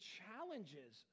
challenges